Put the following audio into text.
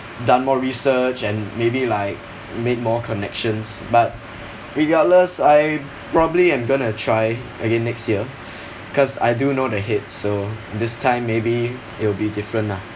done more research and maybe like made more connections but regardless I probably am gonna try again next year because I do know the head so this time maybe it will be different lah